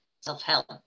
self-help